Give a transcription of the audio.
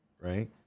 right